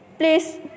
Please